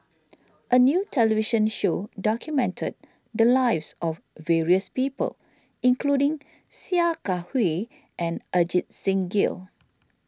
a new television show documented the lives of various people including Sia Kah Hui and Ajit Singh Gill